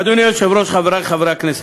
אדוני היושב-ראש, חברי חברי הכנסת,